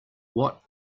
what